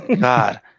God